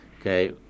Okay